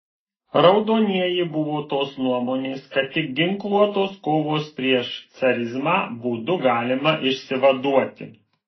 raudonieji buvo tos nuomonės kad tik ginkluotos kovos prieš carizmą būdu galima išsivaduoti